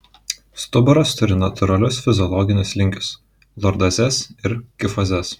stuburas turi natūralius fiziologinius linkius lordozes ir kifozes